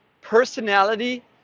Personality